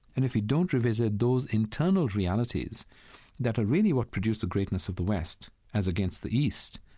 and if you don't revisit those internal realities that are really what produced the greatness of the west as against the east,